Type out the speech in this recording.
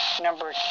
number